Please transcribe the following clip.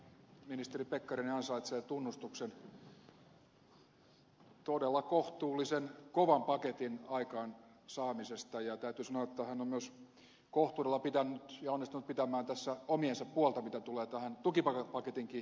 todellakin kyllä ministeri pekkarinen ansaitsee tunnustuksen todella kohtuullisen kovan paketin aikaansaamisesta ja täytyy sanoa että hän on myös kohtuudella pitänyt ja onnistunut pitämään tässä omiensa puolta mitä tulee tähän tukipaketinkin mitoitukseen